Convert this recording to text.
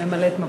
ממלאת מקום.